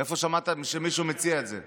איפה שמעת שמישהו מציע את זה?